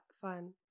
fun